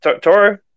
Toro